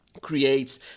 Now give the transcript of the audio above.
creates